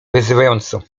wyzywająco